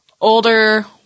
older